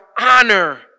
honor